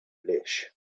flesh